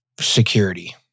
security